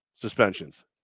suspensions